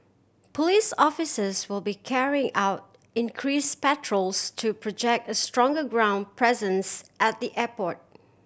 police officers will be carrying out increase patrols to project a stronger ground presence at the airport